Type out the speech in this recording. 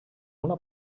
una